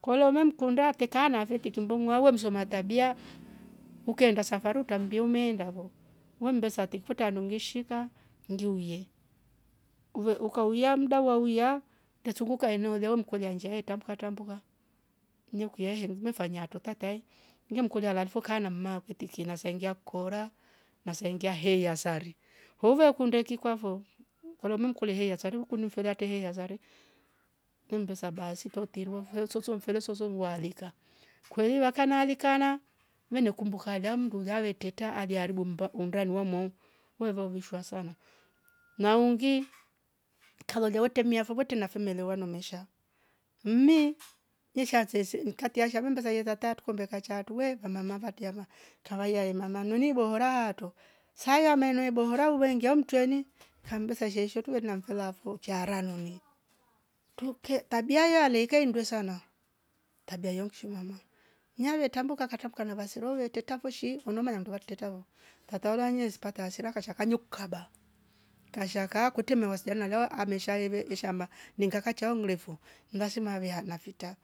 kola we mkunda tekaa anafe triki mboong'oha we msoma tabia ukeenda safari utrammbie umeenda fo we mmbesa tiki kwetre handu ngi shika ngiuye, ukauya mda wo wauya te sunguka eneo lilya we mkolya nnsha hetrambuka trambuka nekuiya ehe ngimefanyaa atro tata ngemkolya alali fo kaa na mma akwe tiki na saaingi akoraa na saingi aheiya sari, uvekunde fi kwafo? Kolya we mkolya heiya sari utrekundi mfele heiya sari? Tembesa baasi ta utiri wafo soo mfele soso we aalika. Kweli vakane alikana nmekumbuka alya mndu ulya e treta aliaribu mmba- undani wamwaowee va uvishwa sana, na ungi kalolya wetre mmi afo kwetre maelewano mesha mmi nesha ansas- kati ashane mbesa tata trukombe kachaatru vamama vatriama kavaiya mama inyweni ibohora aatro sayo amae inya ibohora veingia ho mtwerni kammbesa truveeli na mfele afo chiaranoni truke tabia aloyke ni nndwe sana. tabia yonki sho mama? Na vetrambuka akatrambuka na vasero ve treta fo shi na we mannya nndove treta fo, tata ulya nesi pata hasira kasha kaa kane kaba, kasha kaa kwetre masiwasiliana lo- amesha eve eshaamba niinga kacho ngile fo lasma avehaa na fitra,